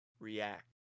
react